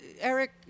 Eric